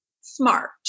Smart